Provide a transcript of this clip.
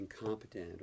incompetent